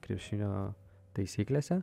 krepšinio taisyklėse